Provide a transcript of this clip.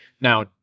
now